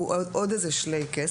הוא עוד איזה שלייקס.